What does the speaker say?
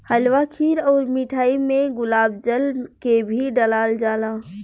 हलवा खीर अउर मिठाई में गुलाब जल के भी डलाल जाला